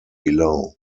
below